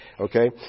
Okay